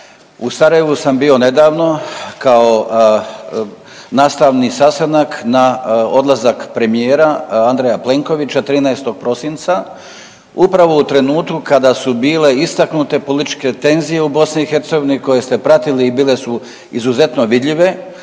u Sarajevu sam bio nedavno kao nastavni sastanak na odlazak premijera Andreja Plenkovića 13. prosinca upravo u trenutku kada su bile istaknute političke tenzije u BiH koje ste pratili i bile su izuzetno vidljive.